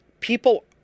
People